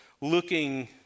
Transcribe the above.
looking